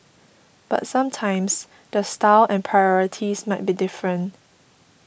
but sometimes the style and priorities might be different